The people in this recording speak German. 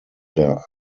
der